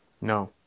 No